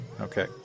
Okay